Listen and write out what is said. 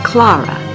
Clara